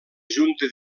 junta